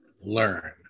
learn